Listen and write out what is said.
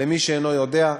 למי שאינו יודע,